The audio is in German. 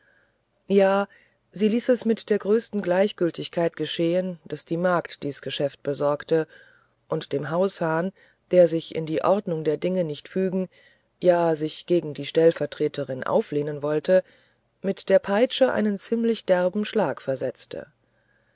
ja sie ließ es mit der größten gleichgültigkeit geschehen daß die magd dies geschäft besorgte und dem haushahn der sich in die ordnung der dinge nicht fügen ja sich gegen die stellvertreterin auflehnen wollte mit der peitsche einen ziemlich derben schlag versetzte